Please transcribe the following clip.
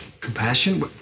Compassion